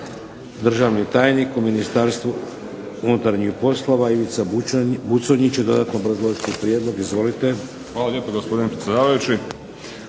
Državni tajnik u Ministarstvu unutarnjih poslova, Ivica Buconjić će dodatno obrazložiti prijedlog. Izvolite. **Buconjić,